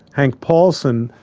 hank paulson,